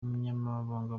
umunyamabanga